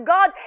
God